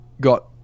got